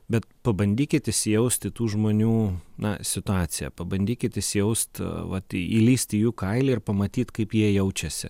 bet pabandykit įsijausti į tų žmonių na situaciją pabandykit įsijaust vat įlįsti į jų kailį ir pamatyt kaip jie jaučiasi